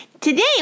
Today